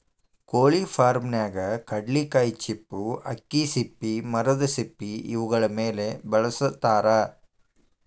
ಕೊಳಿ ಫಾರ್ಮನ್ಯಾಗ ಕಡ್ಲಿಕಾಯಿ ಚಿಪ್ಪು ಅಕ್ಕಿ ಸಿಪ್ಪಿ ಮರದ ಸಿಪ್ಪಿ ಇವುಗಳ ಮೇಲೆ ಬೆಳಸತಾರ